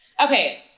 Okay